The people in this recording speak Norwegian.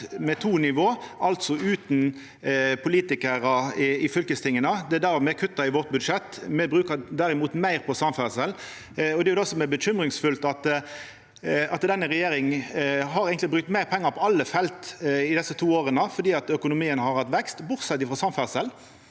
med to nivå, altså utan politikarar i fylkes tinga. Det er det me kuttar i vårt budsjett. Me brukar derimot meir på samferdsel. Det som er bekymringsfullt, er at denne regjeringa eigentleg har brukt meir pengar på alle felt i desse to åra fordi økonomien har hatt vekst, bortsett frå samferdsel.